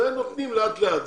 זה הם נותנים לאט לאט,